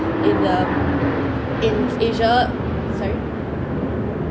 in the in asia sorry oh sorry